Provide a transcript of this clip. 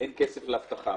שאין כסף לאבטחה.